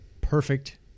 perfect